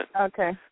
okay